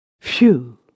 Phew